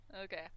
okay